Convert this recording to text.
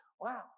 wow